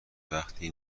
وقتی